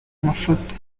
mafoto